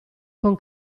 con